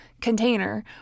container